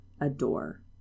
adore